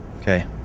Okay